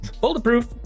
bulletproof